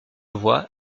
voie